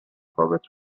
خوابت